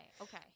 okay